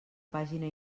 pàgina